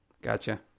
Gotcha